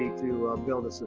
to build a